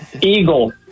Eagle